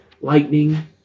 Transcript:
lightning